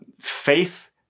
faith